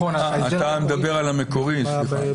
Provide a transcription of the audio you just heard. אתה מדבר על המקורי, סליחה.